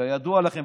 כידוע לכם,